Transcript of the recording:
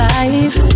life